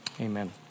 amen